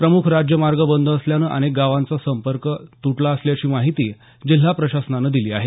प्रमुख राज्यमार्ग बंद असल्यानं अनेक गावांचा संपर्क तुटला असल्याची माहिती जिल्हा प्रशासनानं दिली आहे